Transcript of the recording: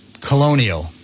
colonial